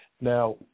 Now